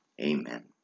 Amen